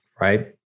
right